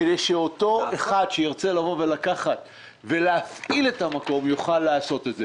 כדי שאותו אחד שירצה לגשת למכרז ולהפעיל את המקום יוכל לעשות את זה.